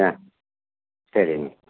ஆ சரிங்க